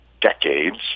decades